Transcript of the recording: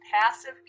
passive